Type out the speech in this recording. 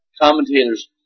commentators